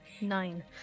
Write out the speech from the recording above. Nine